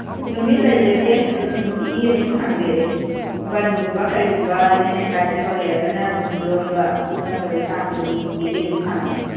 ꯅꯨꯃꯤꯠ ꯂꯩꯖꯗꯦ ꯑꯗꯨꯝ ꯅꯨꯡꯇꯤꯒꯤ ꯑꯗꯨꯝ ꯍꯥꯡꯖꯩ ꯕꯟꯒꯨꯝꯕ ꯀꯔꯤꯒꯨꯝꯕ ꯖꯦꯅꯦꯔꯦꯟ ꯁ꯭ꯇꯔꯥꯏꯛꯀꯨꯝꯕ ꯂꯩꯔꯒꯅ ꯑꯗꯨꯝ ꯂꯣꯟꯕ ꯑꯗꯨ ꯅꯠꯇꯕꯩ ꯆꯥꯡꯗꯤ ꯑꯗꯨꯝ ꯅꯨꯡꯇꯤꯒꯤ ꯑꯗꯨꯝ ꯍꯥꯡꯏ